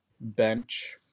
bench